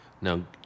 Now